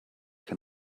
can